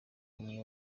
amwe